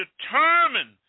determined